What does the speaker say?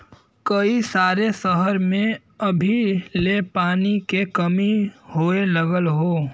कई सारे सहर में अभी ले पानी के कमी होए लगल हौ